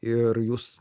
ir jūs